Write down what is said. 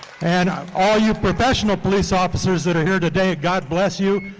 and um all you professional police officers that are here today, god bless you,